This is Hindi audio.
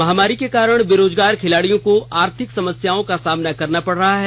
महामारी के कारण बेरोजगार खिलाड़ियों को आर्थिक समस्याओं का सामना करना पड़ रहा है